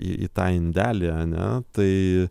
į į tą indelį ane tai